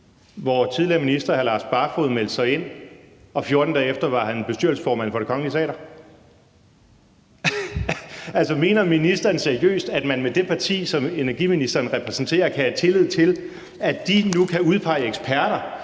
hvor tidligere minister hr. Lars Barfoed meldte sig ind, og 14 dage efter var han bestyrelsesformand for Det Kongelige Teater. Mener ordføreren seriøst, at man med det parti, som energiministeren repræsenterer, kan have tillid til, at de nu kan udpege eksperter,